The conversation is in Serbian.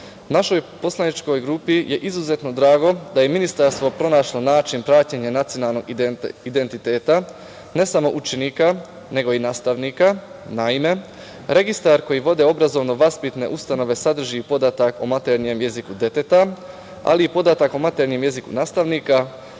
našoj poslaničkoj grupi je izuzetno drago da je ministarstvo pronašlo način praćenja nacionalnog identiteta, ne samo učenika nego i nastavnika. Naime, registar koji vode obrazovno-vaspitne ustanove sadrži podatak o maternjem jeziku deteta, ali i podatak o maternjem jeziku nastavnika,